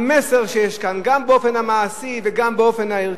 המסר שיש כאן, גם באופן המעשי וגם באופן הערכי.